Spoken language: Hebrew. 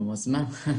אז מה?